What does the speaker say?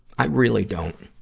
i really don't.